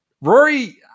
Rory